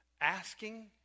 asking